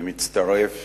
אני מצטרף